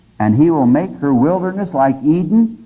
and he will make her wilderness like eden,